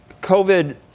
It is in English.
COVID